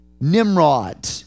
Nimrod